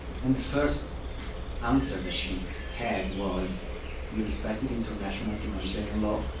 and the first answer that she had was we respected international humanitarian law.